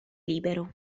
libero